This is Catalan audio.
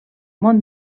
món